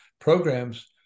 programs